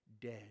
dead